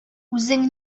үзең